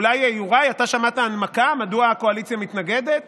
אולי יוראי: אתה שמעת הנמקה מדוע הקואליציה מתנגדת